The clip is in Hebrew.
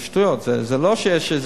זה שטויות, זה לא שיש,